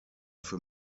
für